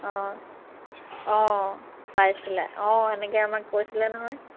অঁ অঁ পাইছিলে অঁ এনেকে আমাক কৈছিলে নহয়